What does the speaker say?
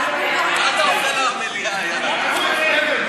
ההצעה להעביר את הנושא לוועדה לא נתקבלה.